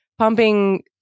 Pumping